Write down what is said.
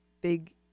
big